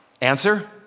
Answer